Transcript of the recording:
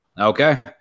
Okay